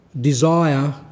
desire